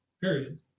period